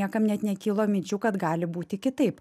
niekam net nekilo minčių kad gali būti kitaip